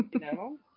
No